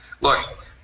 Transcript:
Look